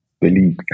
Believe